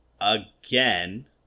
again